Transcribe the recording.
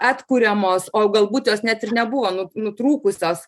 atkuriamos o galbūt jos net ir nebuvo nu nutrūkusios